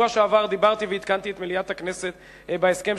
בשבוע שעבר דיברתי ועדכנתי את מליאת הכנסת בהסכם